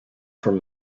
from